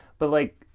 but like,